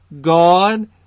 God